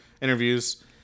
interviews